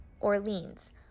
Orleans